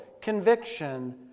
conviction